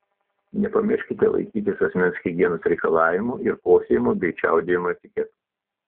nepamirškite laikytis asmens higienos reikalavimų ir kosėjimo bei čiaudėjimo etiketo